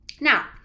Now